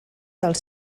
dels